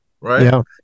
right